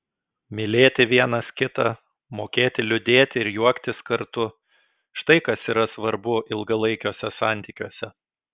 mylėti vienas kitą mokėti liūdėti ir juoktis kartu štai kas yra svarbu ilgalaikiuose santykiuose